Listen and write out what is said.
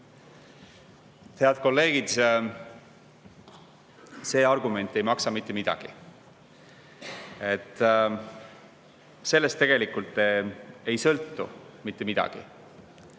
Head kolleegid, see argument ei maksa mitte midagi. Sellest tegelikult ei sõltu mitte midagi.